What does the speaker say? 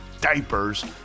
diapers